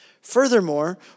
Furthermore